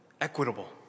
equitable